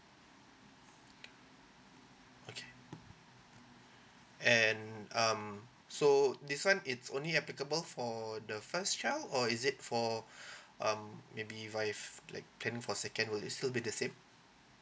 okay and um so this one it's only applicable for the first child or is it for um maybe if I'm planning for second will still be the same